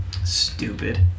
Stupid